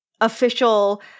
official